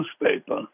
newspaper